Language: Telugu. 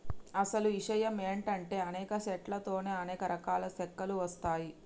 అసలు ఇషయం ఏంటంటే అనేక సెట్ల తో అనేక రకాలైన సెక్కలు వస్తాయి